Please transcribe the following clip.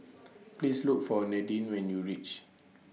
Please Look For Nadine when YOU REACH